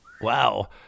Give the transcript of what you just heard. Wow